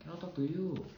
cannot talk to you